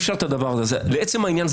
לעצם העניין.